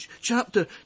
chapter